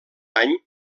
any